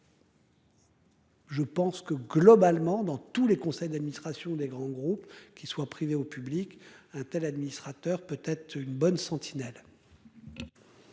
Je pense que globalement dans tous les conseils d'administration des grands groupes qu'il soit privé au public. Un tel administrateurs peut être une bonne sentinelle.